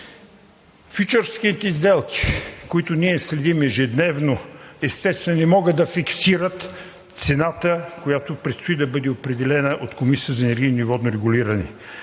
фючърсните сделки, които следим ежедневно, естествено не могат да фиксират цената, която предстои да бъде определена от Комисията за енергийно и водно регулиране.